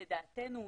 לדעתנו,